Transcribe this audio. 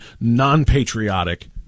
non-patriotic